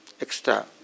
extra